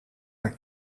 haar